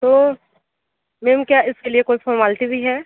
तो मैम क्या इसके लिए कोई फॉरमल्टी भी है